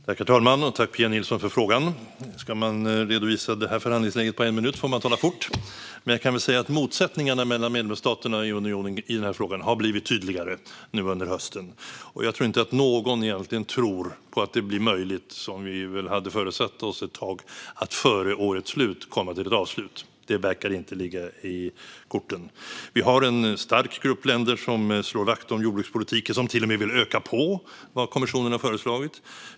Herr talman! Tack, Pia Nilsson, för frågan! Om man ska redovisa förhandlingsläget på en minut får man tala fort. Men jag kan säga att motsättningarna mellan medlemsstaterna i unionen i denna fråga har blivit tydligare nu under hösten. Jag tror inte att någon egentligen tror att det blir möjligt att - som vi hade föresatt oss ett tag - före årets slut komma till ett avslut. Det verkar inte ligga i korten. Vi har en stark grupp länder som slår vakt om jordbrukspolitiken och som till och med vill öka på det som kommissionen har föreslagit.